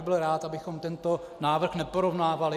Byl bych rád, abychom tento návrh neporovnávali.